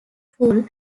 pool